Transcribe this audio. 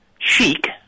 Chic